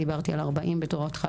אני דיברתי על 40 כהתחלה.